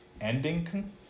ending